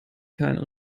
keinen